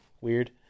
weird